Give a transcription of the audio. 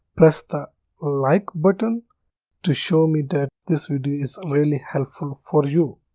press the like button to show me that this video is really helpful for you.